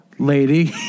Lady